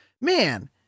man